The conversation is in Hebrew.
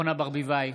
אורנה ברביבאי,